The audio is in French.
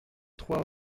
trois